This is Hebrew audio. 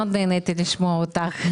טוב לשמוע אותך.